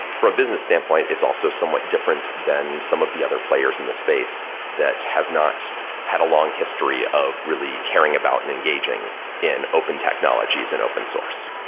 for a business standpoint, it's also somewhat different than some of the other players in the space that have not had a long history of really caring about and engaging in open technologies and open source